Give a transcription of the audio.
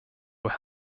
were